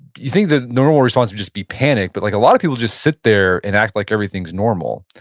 you think the normal response would just be panic. but like a lot of people just sit there and act like everything's normal,